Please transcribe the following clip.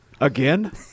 Again